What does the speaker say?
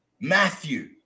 Matthew